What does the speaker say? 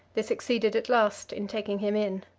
they succeeded at last in taking him in.